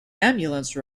ambulance